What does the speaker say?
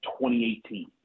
2018